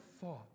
thought